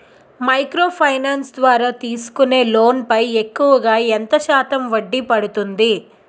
Micro finance ద్వారా తీసుకునే loan పై ఎక్కువుగా ఎంత శాతం వడ్డీ పడుతుంది?